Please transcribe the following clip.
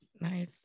Nice